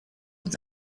uns